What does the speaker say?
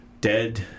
dead